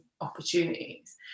opportunities